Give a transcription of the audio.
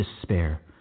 despair